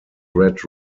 red